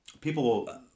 people